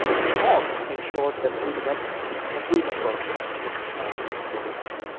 the fog ensured that they met every member of the closest family before they died.